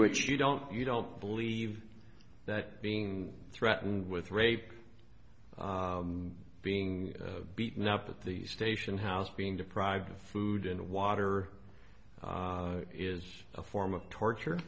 which you don't you don't believe that being threatened with rape being beaten up at the station house being deprived of food and water is a form of torture